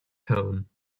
tone